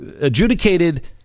adjudicated